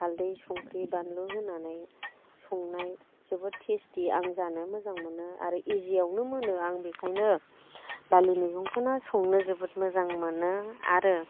हालदै संख्रि बानलु होनानै संनाय जोबोद टेस्टि आं जानो मोजां मोनो आरो इजियावनो मोनो आं बेखायनो दालि मैगंखौनो संनो जोबोद मोजां मोनो आरो